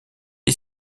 est